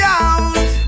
out